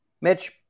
Mitch